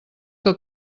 que